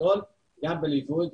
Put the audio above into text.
גם בליווי,